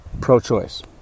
Pro-choice